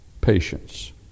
patience